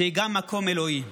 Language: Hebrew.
שהיא גם מקום אלוהי.